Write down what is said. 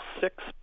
six